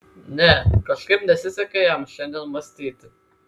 ne kažkaip nesisekė jam šiandien mąstyti